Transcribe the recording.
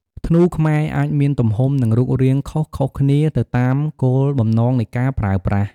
ធ្នូខ្មែរអាចមានទំហំ និងរូបរាងខុសៗគ្នាទៅតាមគោលបំណងនៃការប្រើប្រាស់។